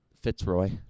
Fitzroy